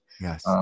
Yes